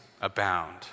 abound